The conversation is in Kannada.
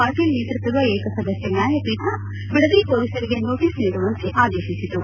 ಪಾಟೀಲ್ ನೇತೃತ್ವದ ಏಕ ಸದಸ್ಯ ನ್ವಾಯಪೀಠ ಬಿಡದಿ ಪೊಲೀಸರಿಗೆ ನೋಟಿಸ್ ನೀಡುವಂತೆ ಆದೇಶಿಸಿತು